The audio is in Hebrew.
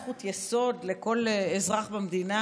זכות יסוד של כל אזרח במדינה.